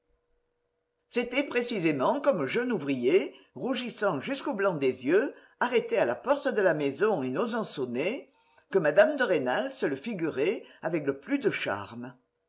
c'était précisément comme jeune ouvrier rougissant jusqu'au blanc des yeux arrêté à la porte de la maison et n'osant sonner que mme de rênal se le figurait avec le plus de charme